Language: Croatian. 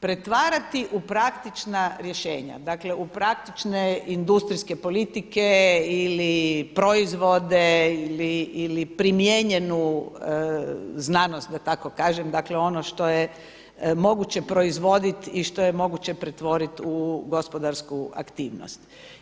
pretvarati u praktična rješenja, dakle u praktične industrijske politike ili proizvode ili primijenjenu znanost da tako kažem, dakle ono što je moguće proizvoditi i što je moguće pretvoriti u gospodarsku aktivnost.